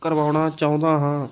ਕਰਵਾਉਣਾ ਚਾਹੁੰਦਾ ਹਾਂ